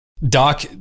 Doc